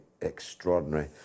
extraordinary